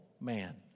man